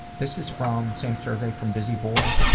this is from, same survey, from busy boy.